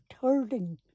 hurting